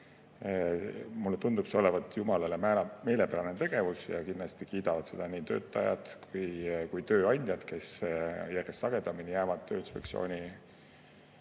Mulle tundub see olevat jumalale meelepärane tegevus ja kindlasti kiidavad seda nii töötajad kui ka tööandjad, kes järjest sagedamini jäävad Tööinspektsiooni